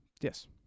Yes